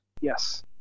Yes